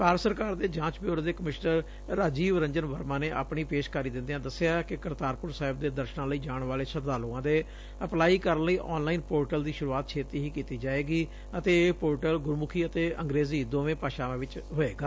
ਭਾਰਤ ਸਰਕਾਰ ਦੇ ਜਾਂਚ ਬਿਊਰੋ ਦੇ ਕਮਿਸ਼ਨਰ ਰਾਜੀਵ ਰੰਜਨ ਵਰਮਾ ਨੇ ਆਪਣੀ ਪੇਸ਼ਕਾਰੀ ਦਿੰਦਿਆਂ ਦੱਸਿਆ ਕਿ ਕਰਤਾਰਪੁਰ ਸਾਹਿਬ ਦੇ ਦਰਸ਼ਨਾਂ ਲਈ ਜਾਣ ਵਾਲੇ ਸ਼ਰਧਾਲਆਂ ਦੇ ਅਪਲਾਈ ਕਰਨ ਲਈ ਆਨਲਾਈਨ ਪੋਰਟਲ ਦੀ ਸ਼ੁਰੁਆਤ ਛੇਤੀ ਹੀ ਕੀਤੀ ਜਾਵੇਗੀ ਅਤੇ ਇਹ ਪੋਰਟਲ ਗੁਰਮੁਖੀ ਅਤੇ ਅੰਗਰੇਜ਼ੀ ਦੋਵੇਂ ਭਾਸ਼ਾਵਾਂ ਵਿੱਚ ਹੋਵੇਗਾ